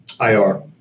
IR